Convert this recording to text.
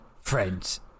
friends